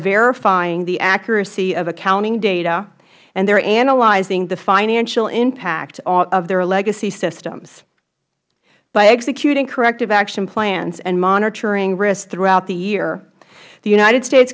verifying the accuracy of accounting data and they are analyzing the financial impact of their legacy systems by executing corrective action plans and monitoring risk throughout the year the united states